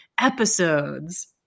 episodes